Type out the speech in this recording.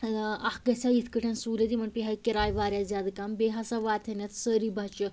ٲں اکھ گَژھہِ ہا یِتھ کٲٹھۍ سہولیت یِمن پیٚیہِ ہا کِراے وارِیاہ زیادٕ کَم بیٚیہِ ہَسا واتہِ ہان یِتھ سٲری بچہٕ